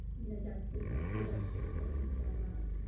you know, dad said, if i quit, i disappoint him so much.